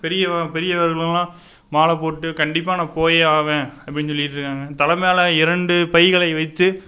பெரியவ பெரியவர்கள்லாம் மாலை போட்டு கண்டிப்பாக நான் போய் ஆகுவேன் அப்படின்னு சொல்லிகிட்ருக்காங்க தலை மேலே இரண்டு பைகளை வச்சு